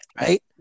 right